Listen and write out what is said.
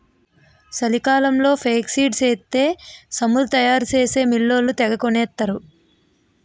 చలికాలంలో ఫేక్సీడ్స్ ఎత్తే సమురు తయారు చేసే మిల్లోళ్ళు తెగకొనేత్తరు